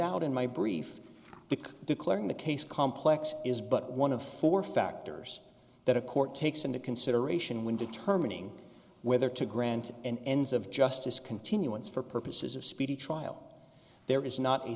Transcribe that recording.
out in my brief the declaring the case complex is but one of four factors that a court takes into consideration when determining whether to grant and ends of justice continuance for purposes of speedy trial there is not a